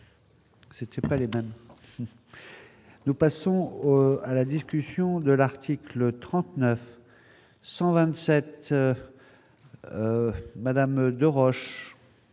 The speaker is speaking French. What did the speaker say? C'était pas les mêmes, nous passons à la discussion de l'article 39. 127 madame de roche.